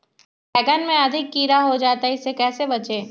बैंगन में अधिक कीड़ा हो जाता हैं इससे कैसे बचे?